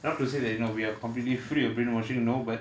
not to say that you know we're completely free of brainwashing no but